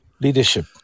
leadership